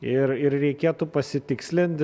ir ir reikėtų pasitikslint